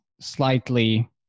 slightly